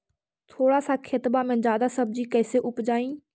थोड़ा सा खेतबा में जादा सब्ज़ी कैसे उपजाई?